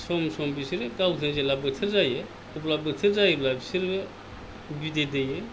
सम सम बिसोरो गावसोर जेब्ला बोथोर जायो अब्ला बोथोर जायोब्ला बिसोरबो बिदै दैयो